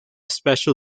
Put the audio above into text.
special